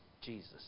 Jesus